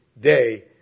day